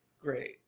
great